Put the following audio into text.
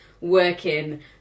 working